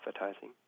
advertising